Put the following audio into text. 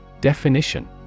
Definition